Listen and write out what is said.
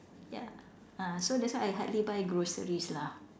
ya ah so that's why I hardly buy groceries lah